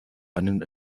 einen